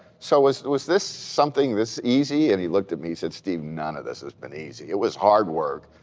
so was was this something this easy? and he looked at me and said, steve, none of this has been easy. it was hard work.